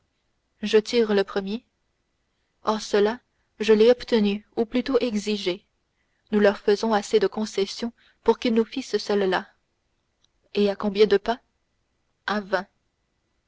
je tire le premier oh cela je l'ai obtenu ou plutôt exigé nous leur faisons assez de concessions pour qu'ils nous fissent celles-là et à combien de pas